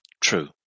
True